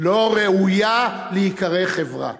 לא ראויה להיקרא חברה.